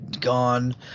gone